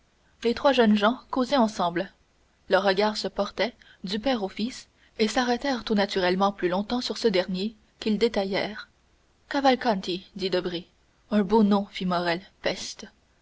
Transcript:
les trois jeunes gens causaient ensemble leurs regards se portaient du père au fils et s'arrêtèrent tout naturellement plus longtemps sur ce dernier qu'ils détaillèrent cavalcanti dit debray un beau nom fit morrel peste